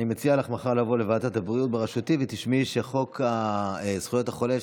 אני מציע לך לבוא מחר לוועדת הבריאות בראשותי ותשמעי שחוק זכויות החולה,